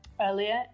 earlier